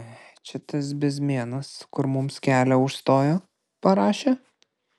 ai čia tas bezmėnas kur mums kelią užstojo parašė